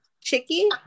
chicky